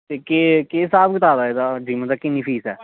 ते केह् स्हाब कताब ऐ एह्दा किन्नी फीस ऐ